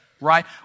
right